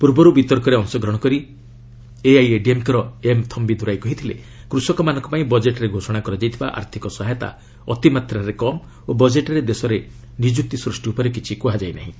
ପୂର୍ବରୁ ବିତର୍କରେ ଅଂଶଗ୍ରହଣ କରି ଏଆଇଏଡିଏମ୍କେର ଏମ୍ ଥମ୍ପିଦ୍ରାଇ କହିଥିଲେ କୃଷକମାନଙ୍କ ପାଇଁ ବଜେଟ୍ରେ ଘୋଷଣା କରାଯାଇଥିବା ଆର୍ଥକ ସହାୟତା ଅତିମାତ୍ରାରେ କମ୍ ଓ ବଜେଟ୍ରେ ଦେଶରେ ନିଯୁକ୍ତି ସୃଷ୍ଟି ଉପରେ କିଛି କୁହାଯାଇ ନାହିଁ